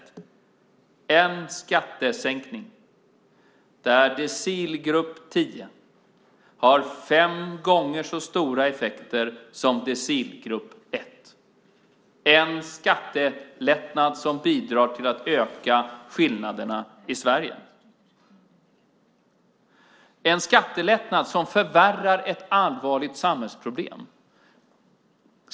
Det är en skattesänkning som får fem gånger så stora effekter för decilgrupp 10 som för decilgrupp 1, en skattelättnad som bidrar till att öka skillnaderna i Sverige. Det är en skattelättnad som förvärrar ett allvarligt samhällsproblem.